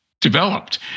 developed